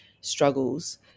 struggles